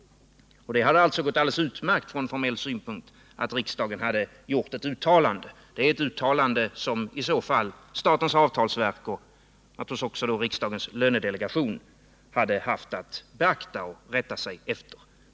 Det hade alltså från formell synpunkt gått alldeles utmärkt att göra ett uttalande från riksdagens sida, som i så fall statens avtalsverk och naturligtvis också riksdagens lönedelegation hade haft att beakta och rätta sig efter.